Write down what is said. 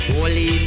Holy